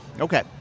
okay